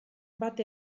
bat